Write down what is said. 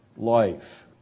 Life